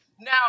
Now